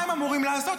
מה הם אמורים לעשות?